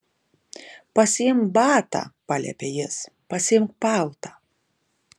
pasiimk batą paliepė jis pasiimk paltą